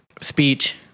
Speech